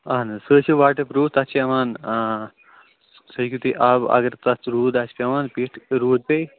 اَہَن حظ سٔہ حظ چھُ واٹَر پرٛوٗف تَتھ چھِ یِوان سٔہ ہٮ۪کِو تُہۍ آبہٕ اَگر تَتھ سُہ روٗد آسہِ پٮ۪وان پٮ۪ٹھۍ روٗد پیٚیہِ